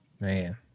Man